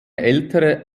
ältere